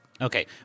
Okay